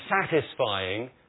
satisfying